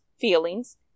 feelings